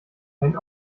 ein